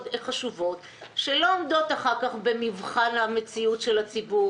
חשובות שלא עומדות אחר כך במבחן המציאות של הציבור,